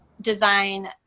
design